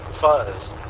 fuzz